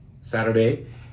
Saturday